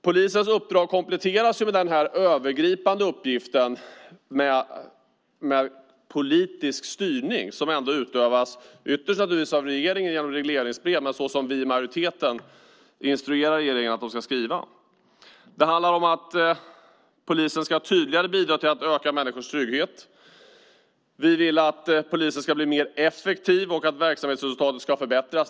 Polisens uppdrag kompletteras med den övergripande uppgiften med politisk styrning som ytterst utövas av regeringen med regleringsbrev men som vi i majoriteten instruerar regeringen att de ska skriva. Polisen ska tydligare bidra till att öka människors trygghet. Vi vill att polisen ska bli mer effektiv och att verksamhetsresultatet ska förbättras.